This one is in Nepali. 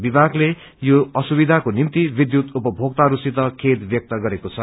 विभागले यो असुविधाको निम्ति विध्यूत उपभोक्ताहरूसित खेद व्यक्त गरेको छ